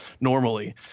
normally